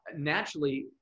naturally